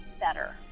better